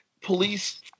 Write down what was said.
police